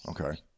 Okay